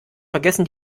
vergessen